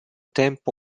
tempo